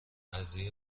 قضیه